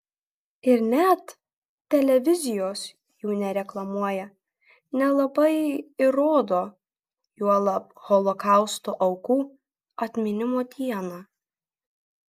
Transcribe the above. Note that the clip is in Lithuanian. ir net televizijos jų nereklamuoja nelabai ir rodo juolab holokausto aukų atminimo dieną